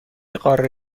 قاره